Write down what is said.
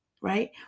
right